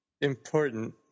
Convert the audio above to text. important